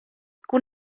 que